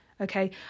Okay